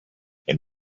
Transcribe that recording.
and